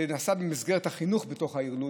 שנעשית במסגרת החינוך בתוך העיר לוד,